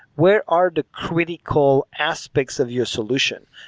where are the critical aspects of your solution?